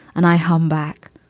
and i humpback.